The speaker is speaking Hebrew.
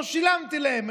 לא שילמתי להם,